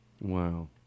Wow